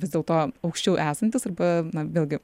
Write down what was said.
vis dėlto aukščiau esantis arba na vėlgi